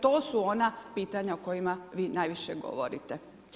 To su ona pitanja o kojima najviše govorite.